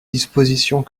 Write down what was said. dispositions